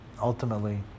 ultimately